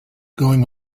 going